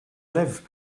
live